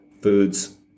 foods